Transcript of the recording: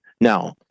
Now